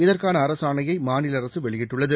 இதற்கான அரசாணையை மாநில அரசு வெளியிட்டுள்ளது